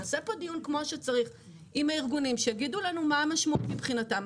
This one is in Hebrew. נעשה דיון כמו שצריך עם הארגונים שיגידו לנו מה המשמעות מבחינתם,